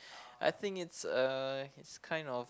I think it's uh it's kind of